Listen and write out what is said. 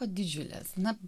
o didžiulės na